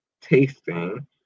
tasting